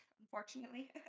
unfortunately